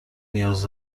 نیاز